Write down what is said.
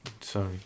Sorry